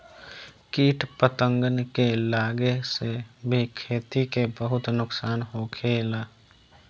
किट पतंगन के लागे से भी खेती के बहुत नुक्सान होखेला